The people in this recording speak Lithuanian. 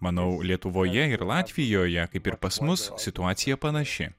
manau lietuvoje ir latvijoje kaip ir pas mus situacija panaši